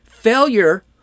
Failure